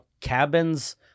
cabins